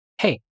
hey